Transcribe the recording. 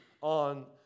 on